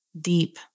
deep